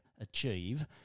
achieve